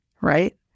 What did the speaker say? right